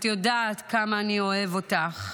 את יודעת כמה אני אוהב אותך.